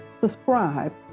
subscribe